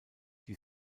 die